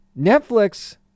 Netflix